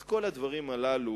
את כל הדברים הללו,